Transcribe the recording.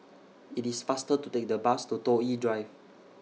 IT IS faster to Take The Bus to Toh Yi Drive